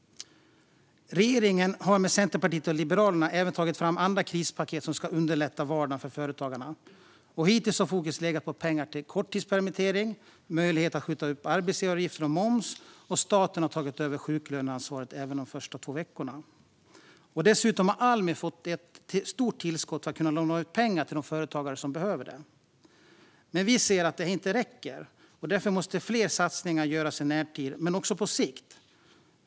Regeringen har tillsammans med Centerpartiet och Liberalerna även tagit fram andra krispaket som ska underlätta vardagen för företagarna. Hittills har fokus legat på pengar till kortidspermittering och möjlighet att skjuta upp arbetsgivaravgifter och moms, och staten har tagit över sjuklöneansvaret även för de första två veckorna. Dessutom har Almi fått ett stort tillskott för att kunna låna ut pengar till de företagare som behöver det. Men vi ser att det inte räcker. Därför måste fler satsningar göras i närtid men också på sikt.